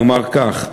נאמר כך.